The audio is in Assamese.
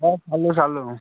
অঁ চালোঁ চালোঁ